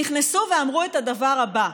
נכנסו ואמרו את הדבר הבא,